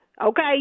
Okay